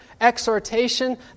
exhortation